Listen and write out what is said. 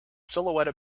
silhouette